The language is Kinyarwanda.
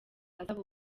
asaba